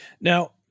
Now